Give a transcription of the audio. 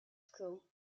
school